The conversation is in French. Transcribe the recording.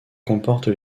comportent